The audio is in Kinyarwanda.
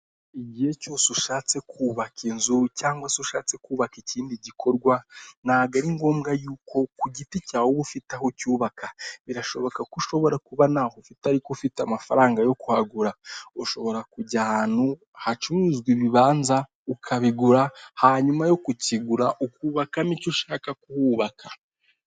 Igihe cyose ushatse kubaka inzu cyangwa se ushatse kubaka ikindi gikorwa ntabwo ari ngombwa yuko ku giti cyawe uba ufite aho ucyubaka birashoboka ko ushobora kuba ntaho ufite ariko ufite amafaranga yo kuhagura ushobora kujya ahantu hacuruzwa ibibanza ukabigura hanyuma yo kukigura ukubakamo icyo ushaka kuhubaka.